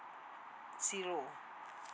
zero